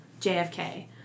JFK